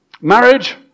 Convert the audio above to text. Marriage